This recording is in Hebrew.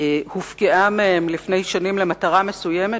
הופקעה מהם לפני שנים למטרה מסוימת,